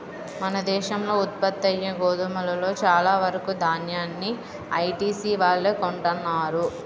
మన దేశంలో ఉత్పత్తయ్యే గోధుమలో చాలా వరకు దాన్యాన్ని ఐటీసీ వాళ్ళే కొంటన్నారు